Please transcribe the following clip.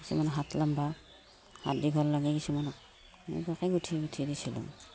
কিছুমান হাত লম্বা হাত দীঘল লাগে কিছুমানক এনেকুৱাকে গোঁঠি গোঁঠি দিছিলোঁ